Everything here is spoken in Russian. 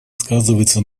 сказывается